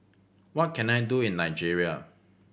what can I do in Nigeria